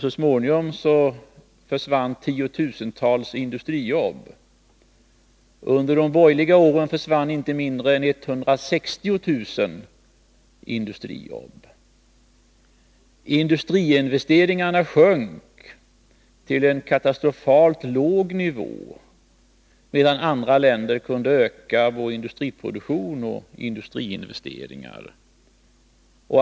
Så småningom försvann tiotusentals industrijobb — under de borgerliga åren försvann inte mindre än 160 000 industrijobb. Industriinvesteringarna sjönk till en katastrofalt låg nivå, medan andra länder kunde öka både industriproduktion och industriinvesteringar.